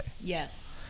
Yes